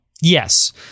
Yes